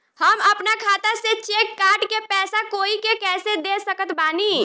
हम अपना खाता से चेक काट के पैसा कोई के कैसे दे सकत बानी?